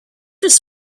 was